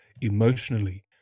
emotionally